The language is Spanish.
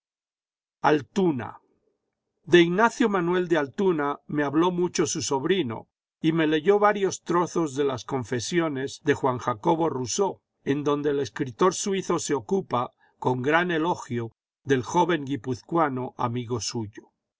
de ignacio manuel de altuna me habló mucho su sobrino y me leyó varios trozos de las confesio ies de juan jacobo rousseau en donde el escritor suizo se ocupa con gran elogio del joven guipuzcoano amigo suyo